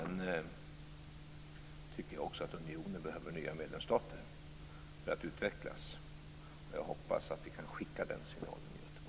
Jag tycker också att unionen behöver nya medlemsstater för att utvecklas. Jag hoppas att vi kan skicka den signalen tydligt i Göteborg, men jag vet inte hur det går.